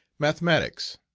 mathematics.